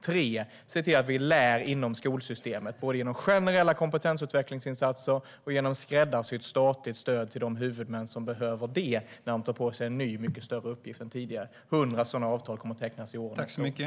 För det tredje handlar det om att vi lär inom skolsystemet, både genom generella kompetensutvecklingsinsatser och genom skräddarsytt statligt stöd till de huvudmän som behöver det när de tar på sig en ny mycket större uppgift än tidigare. 100 sådana avtal kommer att tecknas i år och nästa år.